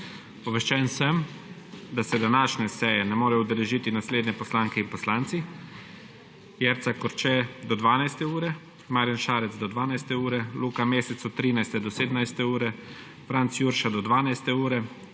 Obveščen sem, da se današnje seje ne morejo udeležiti naslednji poslanke in poslanci: Jerca Korče do 12. ure, Marjan Šarec do 12. ure, Luka Mesec od 13. do 17. ure, Franc Jurša do 12.